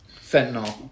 Fentanyl